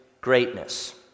greatness